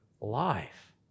life